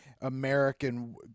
American